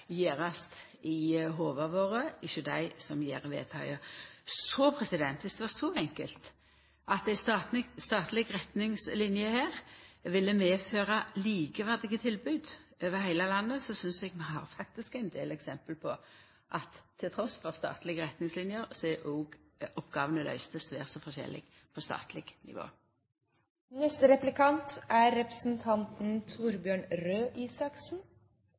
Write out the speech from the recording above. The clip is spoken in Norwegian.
gjerast i hovuda våre, hjå dei som gjer vedtaka. Berre det var så enkelt at statlege retningslinjer her ville medføra likeverdige tilbod over heile landet! Eg synest faktisk vi har ein del eksempel på at trass i statlege retningslinjer er oppgåvene løyste svært så forskjellig på statleg nivå. Nå er